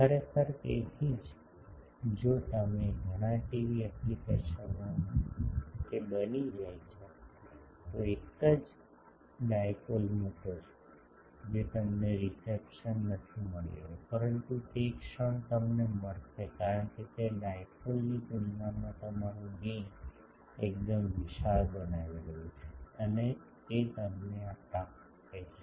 ખરેખર તેથી જ જો તમે ઘણા ટીવી એપ્લિકેશનોમાં તે બની જાય છે તો તમે એક જ ડાઇપોલ મૂકો છો જે તમને રિસેપ્શન નથી મળી રહ્યો પરંતુ તે ક્ષણ તમને મળશે કારણ કે તે ડાઇપોલની તુલનામાં તમારું ગેઇન એકદમ વિશાળ બનાવી રહ્યું છે અને તે તમને આ તક આપે છે